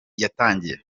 yatangiye